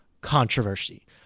controversy